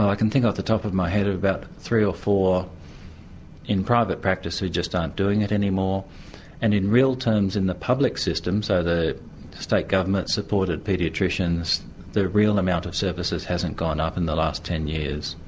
ah can think off the top of my head of about three or four in private practice who just aren't doing it any more and in real terms in the public system, so the state government supported paediatricians the real amount of services hasn't gone up in the last ten years.